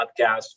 podcast